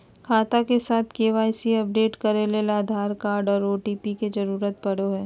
खाता के साथ के.वाई.सी अपडेट करे ले आधार कार्ड आर ओ.टी.पी के जरूरत पड़ो हय